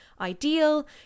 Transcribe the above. ideal